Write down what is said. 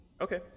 okay